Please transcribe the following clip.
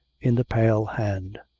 in the pale hand.